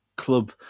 club